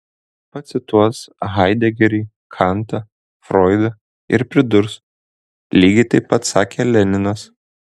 pacituos haidegerį kantą froidą ir pridurs lygiai taip pat sakė leninas